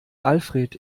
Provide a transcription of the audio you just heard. alfred